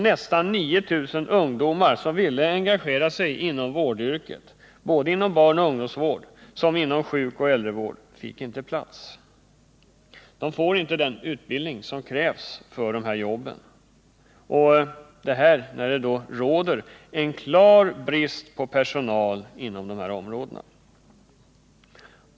Nästan 9000 ungdomar som ville engagera sig inom vårdyrket, såväl inom barnoch ungdomsvård som inom sjukoch äldrevård, fick alltså inte plats. De får inte den utbildning som krävs för dessa jobb — och detta när det råder en klar brist på personal inom dessa områden.